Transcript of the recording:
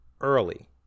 early